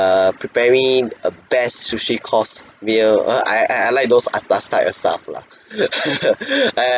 preparing a best sushi course meal err I I like those atas type of stuff lah